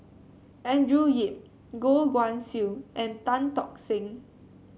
Andrew Yip Goh Guan Siew and Tan Tock Seng